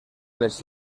les